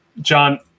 John